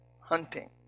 hunting